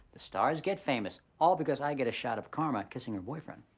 the stars get famous, all because i get a shot of k'harma kissing her boyfriend.